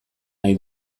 nahi